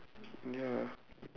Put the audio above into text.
ya lah